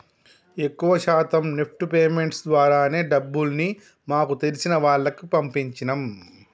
ఎక్కువ శాతం NEFT payments ద్వారానే డబ్బుల్ని మాకు తెలిసిన వాళ్లకి పంపించినం